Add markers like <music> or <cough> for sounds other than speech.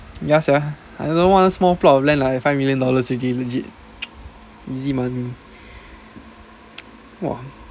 ya sia I don't know one small plot of land like at five million dollars already legit <noise> easy money <noise> !wah!